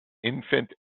infant